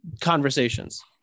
conversations